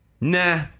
nah